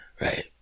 right